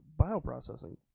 bioprocessing